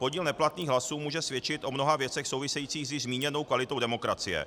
Podíl neplatných hlasů může svědčit o mnoha věcech souvisejících s již zmíněnou kvalitou demokracie.